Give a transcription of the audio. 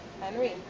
Henry